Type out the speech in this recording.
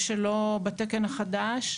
שלא בתקן החדש.